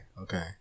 Okay